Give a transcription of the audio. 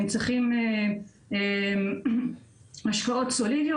הם צריכים השקעות סולידיות.